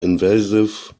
invasive